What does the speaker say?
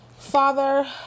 Father